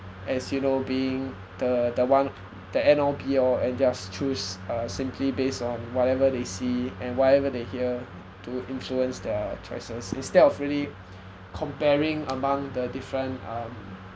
as you know being the the one the end all be all and just choose uh simply based on whatever they see and whatever they hear to influence their choices instead of really comparing among the different um